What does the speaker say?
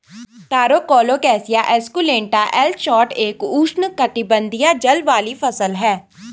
तारो colocasia esculenta L Schott एक उष्णकटिबंधीय जड़ वाली फसल है